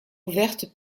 ouvertes